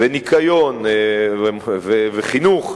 וניקיון וחינוך,